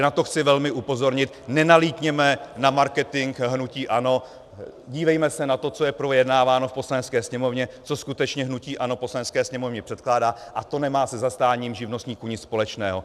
Na to chci velmi upozornit: Nenalítněme na marketing hnutí ANO, dívejme se na to, co je projednáváno v Poslanecké sněmovně, co skutečně hnutí ANO Poslanecké sněmovně předkládá, a to nemá se zastáním živnostníků nic společného.